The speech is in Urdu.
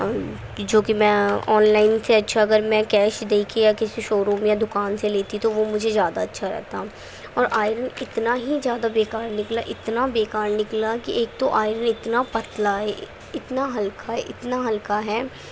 جو کہ میں آن لائن سے اچھا اگر میں کیش دے کے یا کسی شو روم یا دكان سے لیتی تو وہ مجھے زیادہ اچھا رہتا اور آئرن اتنا ہی زیادہ بیکار نکلا اتنا بیکار نکلا کہ ایک تو آئرن اتنا پتلا اتنا ہلکا اتنا ہلکا ہے